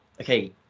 okay